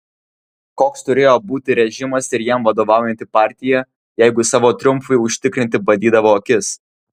koks turėjo būti režimas ir jam vadovaujanti partija jeigu savo triumfui užtikrinti badydavo akis